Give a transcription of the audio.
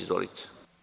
Izvolite.